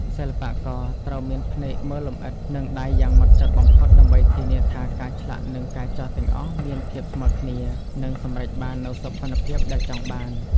សិល្បករត្រូវមានភ្នែកមើលលម្អិត និងដៃយ៉ាងហ្មត់ចត់បំផុតដើម្បីធានាថាការឆ្លាក់និងការចោះទាំងអស់មានភាពស៊ីគ្នានិងសម្រេចបាននូវសោភ័ណភាពដែលចង់បាន។